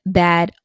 bad